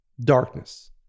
darkness